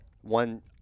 one